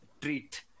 treat